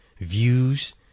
views